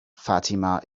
fatima